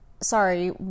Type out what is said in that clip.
Sorry